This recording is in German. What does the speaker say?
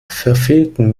verfehlten